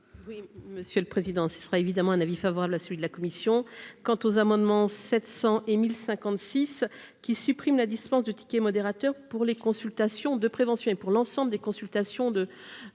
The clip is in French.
Oui, monsieur le président, ce sera évidemment un avis favorable à celui de la commission quant aux amendements 700 et 1000 56 qui supprime la dispense du ticket modérateur pour les consultations de prévention et pour l'ensemble des consultations de de prévention,